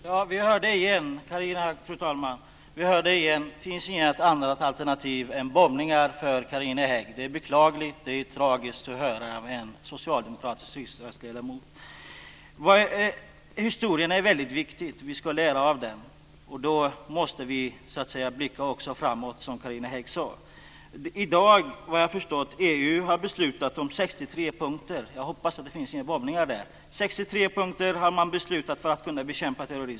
Fru talman! Vi hör det igen: Det finns inget annat alternativ än bombningar för Carina Hägg. Det är beklagligt. Det är tragiskt att höra detta från en socialdemokratisk riksdagsledamot. Historien är väldigt viktig. Vi ska lära av den. Då måste vi också blicka framåt, som Carina Hägg sade. I dag har EU, vad jag förstått, beslutat om 63 punkter - jag hoppas att bombningar inte finns med där - för att bekämpa terrorism.